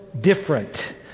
different